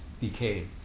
decay